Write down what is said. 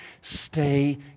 Stay